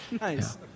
Nice